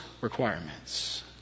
requirements